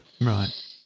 Right